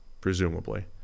Presumably